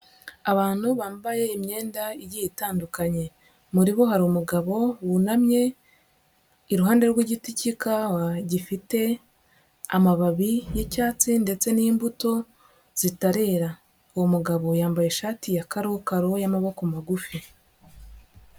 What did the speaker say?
Abantu bambaye imyenda itandukanye. Muri bo hari umugabo wunamye iruhande rw'igiti cy'ikawa gifite amababi y'icyatsi ndetse n'imbuto zitarera. Uwo mugabo yambaye ishati ya karokaro y'amaboko magufi.